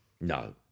No